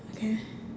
okay